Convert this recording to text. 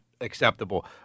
acceptable